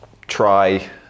try